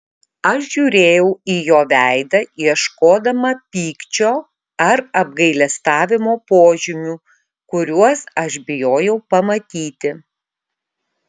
aš žiūrėjau į jo veidą ieškodama pykčio ar apgailestavimo požymių kuriuos aš bijojau pamatyti